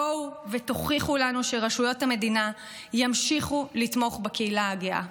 בואו ותוכיחו לנו שרשויות המדינה ימשיכו לתמוך בקהילה הגאה.